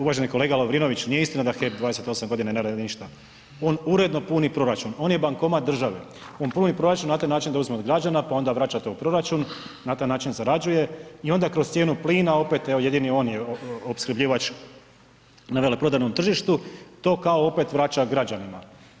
Uvaženi kolega Lovrinoviću nije istina da HEP 28 godina ne radi ništa, on uredno puni proračun, on je bankomat države, on puni proračun na taj način da uzme od građana, pa onda vraća to u proračun, na taj način zarađuje i onda kroz cijenu plina opet evo jedini on je opskrbljivač na veleprodajnom tržištu to kao opet vraća građanima.